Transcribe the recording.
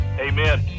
Amen